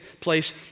place